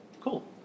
Cool